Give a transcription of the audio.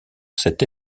cet